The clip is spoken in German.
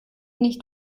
nicht